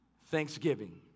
Thanksgiving